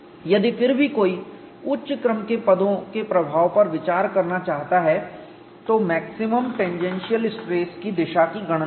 यदि फिर भी कोई उच्च क्रम के पदों के प्रभाव पर विचार करना चाहता है तो मैक्सिमम टेंजेंशियल स्ट्रेस की दिशा की गणना करें